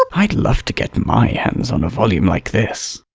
i'd love to get my hands on a volume like this.